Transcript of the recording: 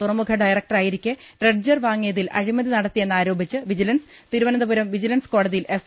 തുറമുഖ ഡയറക്ടറായിരിക്കെ ഡ്രെഡ്ജർ വാങ്ങിയതിൽ അഴിമതി നടത്തിയെന്നാരോപിച്ച് വിജി ലൻസ് തിരുവനന്തപുരം വിജിലൻസ് കോടതിയിൽ എഫ്